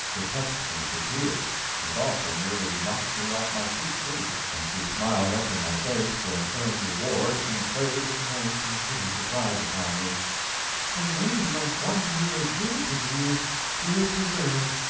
it touched me to tears, and it also nearly knocked me off my feet, too, when she smiled up in my face for an earned reward, and played her quaint and pretty surprise upon me the name of one who was dear to thee is here preserved,